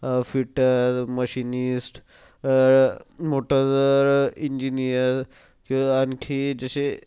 fitter machinist motor engineer आणखी जसे